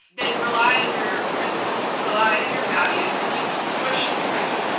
then rely on your principles, rely on your values and just push through,